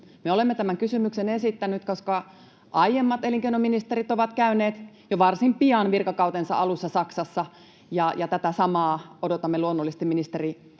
olemme tämän kysymyksen esittäneet, koska aiemmat elinkeinoministerit ovat käyneet jo varsin pian virkakautensa alussa Saksassa, ja tätä samaa odotamme luonnollisesti ministeri